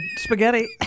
spaghetti